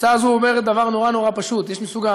הצעה זו אומרת דבר נורא נורא פשוט: יש מסוג,